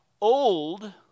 old